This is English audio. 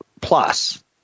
Plus